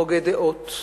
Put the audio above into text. הוגה דעות,